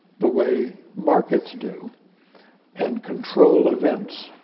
the way markets do and control events.